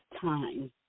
time